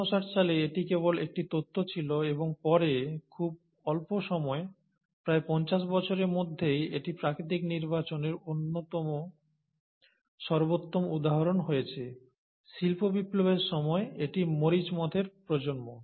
1859 সালে এটি কেবল একটি তত্ত্ব ছিল এবং পরে খুব অল্প সময় প্রায় 50 বছরের মধ্যেই এটি প্রাকৃতিক নির্বাচনের সর্বোত্তম উদাহরণ হয়েছে শিল্প বিপ্লবের সময় এটি মরিচ মথের প্রজন্ম